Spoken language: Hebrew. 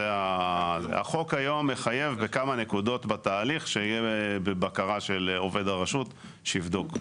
החוק היום מחייב בכמה נקודות בתהליך שיהיה בבקרה של עובד הרשות שיבדוק.